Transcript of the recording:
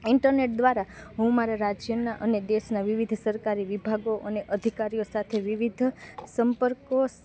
internet દ્વારા હું મારા રાજ્યના અને દેશના વિવિધ સરકારી વિભાગો અને અધિકારીઓ સાથે વિવિધ સંપર્કો